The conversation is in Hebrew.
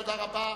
תודה רבה.